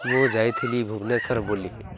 ମୁଁ ଯାଇଥିଲି ଭୁବନେଶ୍ୱର ବୁଲିି